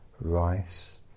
rice